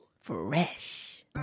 Fresh